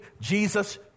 Jesus